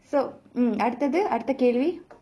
so um அடுத்தது அடுத்த கேள்வி:aduthathu adutha kaelvi